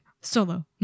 Solo